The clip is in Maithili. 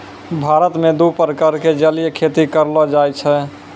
भारत मॅ दू प्रकार के जलीय खेती करलो जाय छै